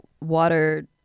water